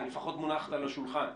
היא לפחות מונחת על השולחן.